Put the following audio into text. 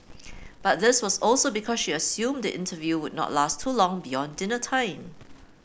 but this was also because she has assumed interview will not last too long beyond dinner time